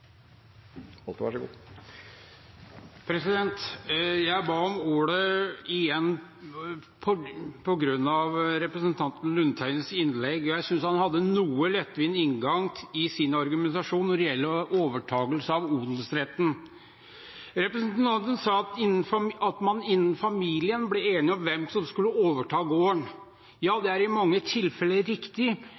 noe lettvint inngang til sin argumentasjon når det gjelder overtakelse av odelsretten. Representanten sa at man innen familien blir enige om hvem som skal overta gården. Ja, det er i mange tilfeller riktig,